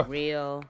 real